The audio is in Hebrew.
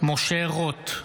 משה רוט,